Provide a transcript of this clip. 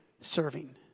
serving